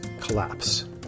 collapse